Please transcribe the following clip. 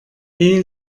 ehe